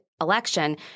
election